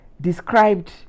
described